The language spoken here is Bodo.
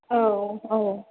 औ औ